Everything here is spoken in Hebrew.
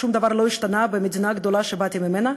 שום דבר לא השתנה במדינה הגדולה שבאתי ממנה,